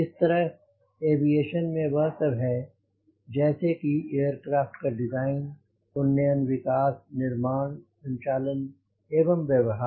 इस तरह एविएशन मैं वह सब है जैसे कि एयरक्राफ़्ट का डिजाइन उन्नयन विकास निर्माण संचालन एवं व्यवहार